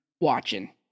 watching